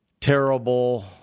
terrible